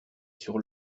sur